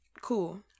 Cool